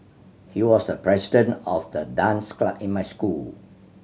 he was the president of the dance club in my school